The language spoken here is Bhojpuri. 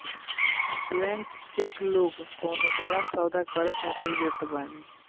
ब्लैंक चेक लोग कवनो बड़ा सौदा करे खातिर देत बाने